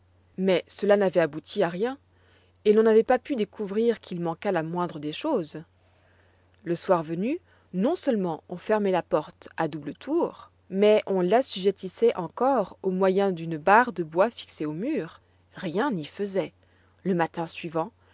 mais cela n'avait abouti à rien et l'on n'avait pas pu découvrir qu'il manquât la moindre des choses le soir venu non-seulement on fermait la porte à double tour mais on l'assujettissait encore au moyen d'une barre de bois fixée au mur rien n'y faisait le matin suivant